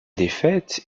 défaite